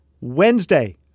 Wednesday